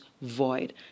void